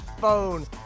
phone